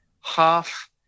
half